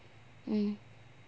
mm